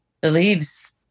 believes